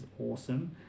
awesome